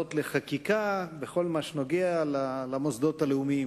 הצעות לחקיקה בכל מה שנוגע למוסדות הלאומים,